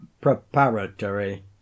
preparatory